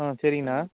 ஆ சரிங்கண்ணா